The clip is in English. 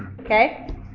okay